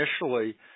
initially